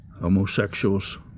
homosexuals